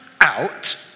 out